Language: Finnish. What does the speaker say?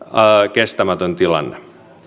kestämätön tilanne